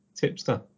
tipster